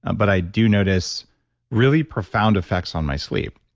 but i do notice really profound effects on my sleep.